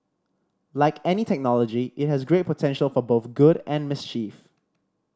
like any technology it has great potential for both good and mischief